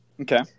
okay